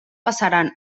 passaran